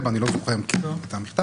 אין לכם סמכות פיקוח.